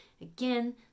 Again